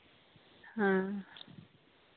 ᱦᱮᱸ